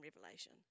Revelation